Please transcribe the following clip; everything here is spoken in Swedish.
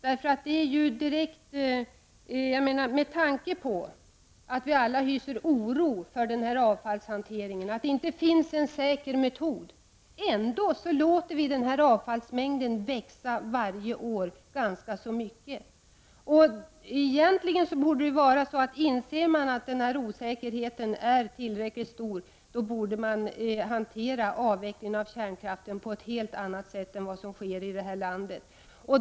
Vi hyser alla oro för att det inte finns någon säker metod när det gäller avfallshanteringen samtidigt som denna avfallsmängd tillåts att varje år växa ganska mycket. Om man inser att denna osäkerhet är tillräckligt stor, borde man hantera avvecklingen av kärnkraften på ett helt annat sätt än vad som sker i det här landet.